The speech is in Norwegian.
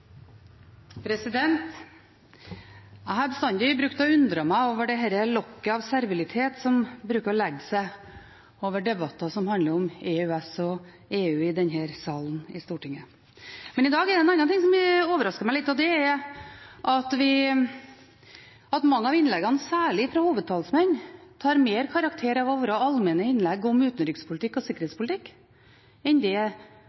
Jeg har bestandig undret meg over dette lokket av servilitet som bruker å legge seg over debatter som handler om EØS og EU i denne salen i Stortinget. Men i dag er det en annen ting som overrasker meg litt. Det er at mange av innleggene, særlig fra hovedtalsmenn, har mer karakter av å være allmenne innlegg om utenrikspolitikk og sikkerhetspolitikk enn å være innlegg om aktuelle EU- og EØS-saker. Det